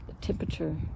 temperature